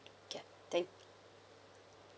ya thank